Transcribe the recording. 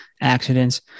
accidents